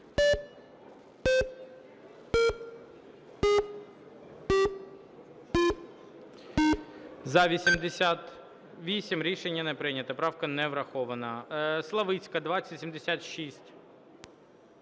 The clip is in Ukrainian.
За-88 Рішення не прийнято. Правка не врахована. Славицька, 2076.